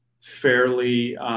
fairly –